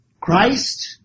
Christ